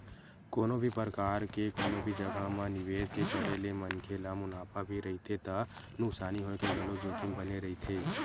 कोनो भी परकार के कोनो भी जघा म निवेस के करे ले मनखे ल मुनाफा भी रहिथे त नुकसानी होय के घलोक जोखिम बने रहिथे